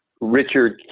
Richard